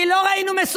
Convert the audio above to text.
היית בדיון בכלל?